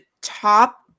top